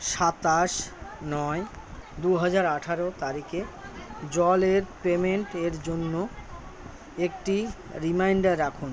সাতাশ নয় দু হাজার আঠেরো তারিখে জলের পেমেন্টের জন্য একটি রিমাইণ্ডার রাখুন